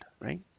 right